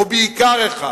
או בעיקר אחד,